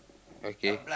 okay